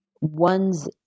one's